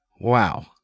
wow